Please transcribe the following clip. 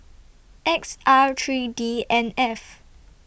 X R three D N F